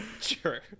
Sure